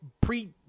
pre